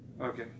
Okay